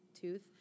tooth